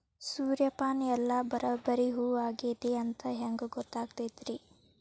ಸೂರ್ಯಪಾನ ಎಲ್ಲ ಬರಬ್ಬರಿ ಹೂ ಆಗೈತಿ ಅಂತ ಹೆಂಗ್ ಗೊತ್ತಾಗತೈತ್ರಿ?